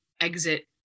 exit